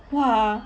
!wah!